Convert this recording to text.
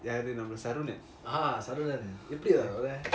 சரவணன் எப்பிடி அவன்:saravanan epidi avan